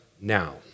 now